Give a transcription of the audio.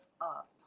up